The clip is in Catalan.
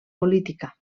política